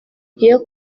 iyo